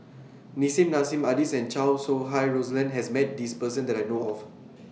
Nissim Nassim Adis and Chow Sau Hai Roland has Met This Person that I know of